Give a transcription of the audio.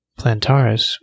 plantaris